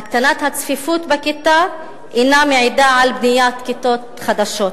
הקטנת הצפיפות בכיתה אינה מעידה על בניית כיתות חדשות.